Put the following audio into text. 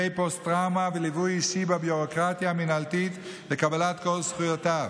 פוסט-טראומה וליווי אישי בביורוקרטיה המינהלתית לקבלת כל זכויותיו,